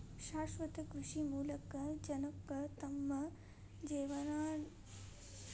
ಶಾಶ್ವತ ಕೃಷಿ ಮೂಲಕ ಜನಕ್ಕ ತಮ್ಮ ಜೇವನಾನಡ್ಸಾಕ ಅವಶ್ಯಿರೋ ಸೌಕರ್ಯ ಪಡ್ಕೊಳಾಕ ಅವಕಾಶ ಇರ್ತೇತಿ